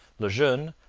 le jeune,